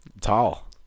tall